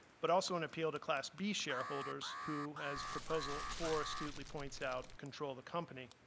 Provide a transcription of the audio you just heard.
but also an appeal to class b shareholders who, as proposal four astutely points out, control the company.